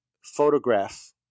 photograph